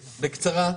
בקצרה.